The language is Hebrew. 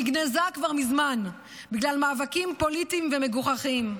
נגנזה כבר מזמן בגלל מאבקים פוליטיים ומגוחכים.